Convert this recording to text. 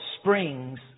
springs